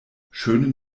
schönen